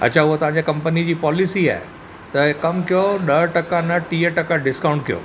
अच्छा उहो तव्हां खे कंपनी जी पॉलिसी आहे त हिकु कमु कयो ॾह टका न टीह टका डिस्काउंट कयो